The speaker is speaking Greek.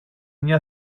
μια